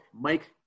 Mike